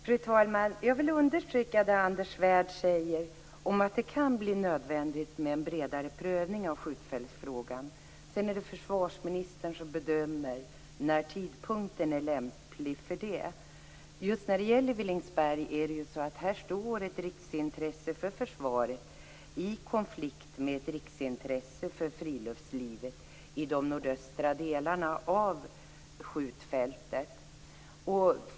Fru talman! Jag vill understryka det som Anders Svärd säger om att det kan bli nödvändigt med en bredare prövning av skjutfältsfrågan. Sedan är det försvarsministern som bedömer när tidpunkten är lämplig för detta. När det gäller Villingsberg står ett riksintresse för försvaret i konflikt med ett riksintresse för friluftslivet i de nordöstra delarna av skjutfältet.